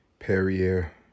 Perrier